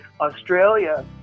Australia